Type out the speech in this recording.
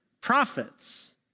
prophets